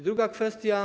Druga kwestia.